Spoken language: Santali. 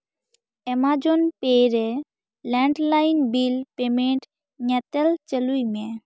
ᱮᱢᱟᱡᱚᱱ ᱯᱮ ᱨᱮ ᱞᱮᱱᱰ ᱞᱟᱭᱤᱱ ᱵᱤᱞ ᱯᱮᱢᱮᱱᱴ ᱧᱮᱛᱮᱞ ᱪᱟᱹᱞᱩᱭ ᱢᱮ